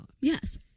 yes